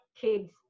kids